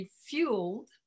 Fueled